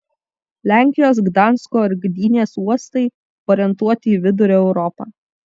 lenkijos gdansko ir gdynės uostai orientuoti į vidurio europą